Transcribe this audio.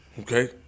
Okay